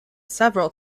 several